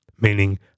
meaning